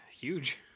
Huge